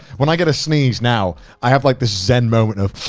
when i get a sneeze now i have like this zen moment of